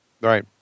Right